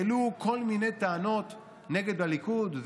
העלו כל מיני טענות נגד הליכוד,